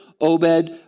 Obed